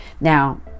Now